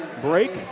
break